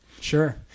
Sure